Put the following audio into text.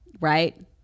right